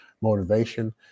motivation